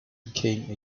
became